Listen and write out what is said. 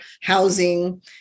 housing